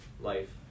life